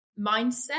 mindset